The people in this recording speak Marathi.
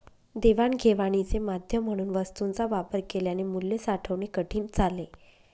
देवाणघेवाणीचे माध्यम म्हणून वस्तूंचा वापर केल्याने मूल्य साठवणे कठीण झाले